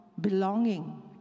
belonging